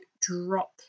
drop